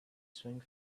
swing